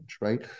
Right